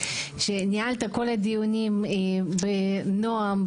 שניהלת את כל הדיונים בנועם,